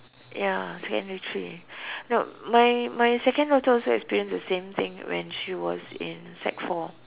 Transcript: ya secondary three no my my second daughter also experience the same thing when she was in sec four